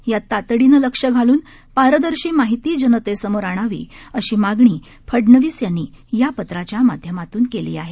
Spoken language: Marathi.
यात तातडीनं लक्ष घालून पारदर्शी माहिती जनतेसमोर आणावी अशी मागणी फडणवीस यांनी या पत्राच्या माध्यमातून केली आहे